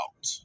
out